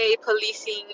policing